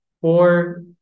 four